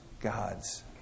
gods